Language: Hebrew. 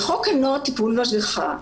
בחוק הנוער (טיפול והשגחה)